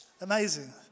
Amazing